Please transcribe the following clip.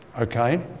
okay